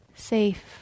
safe